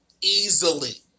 Easily